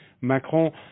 Macron